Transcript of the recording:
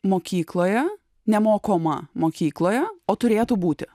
mokykloje nemokoma mokykloje o turėtų būti